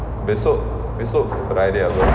esok esok friday apa